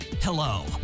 Hello